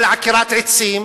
על עקירת עצים,